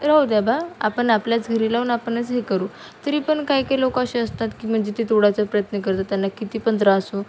राहू द्या बा आपण आपल्याच घरी लावून आपणच हे करू तरी पण काही काही लोकं असे असतात की म्हणजे ती तोडायचा प्रयत्न करतात त्यांना किती पण त्रास हो